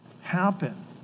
happen